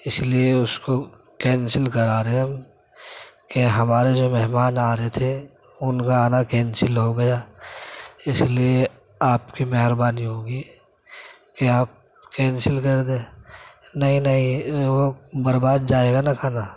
اِس لیے اُس کو کینسل کرا رہے ہم کہ ہمارے جو مہمان آ رہے تھے اُن کا آنا کینسل ہو گیا اِس لیے آپ کی مہربانی ہوگی کہ آپ کینسل کر دیں نہیں نہیں وہ برباد جائے گا نا کھانا